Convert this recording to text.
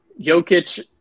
Jokic